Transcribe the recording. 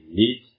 need